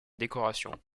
décoration